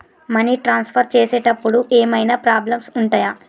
Money transfer చేసేటప్పుడు ఏమైనా problems ఉంటయా?